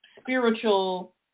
spiritual